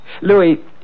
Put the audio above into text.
Louis